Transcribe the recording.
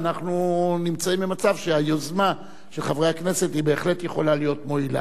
אנחנו נמצאים במצב שהיוזמה של חברי הכנסת בהחלט יכולה להיות מועילה.